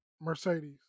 Mercedes